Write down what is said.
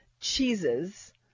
cheeses